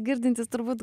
girdintis turbūt